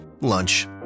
lunch